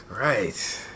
Right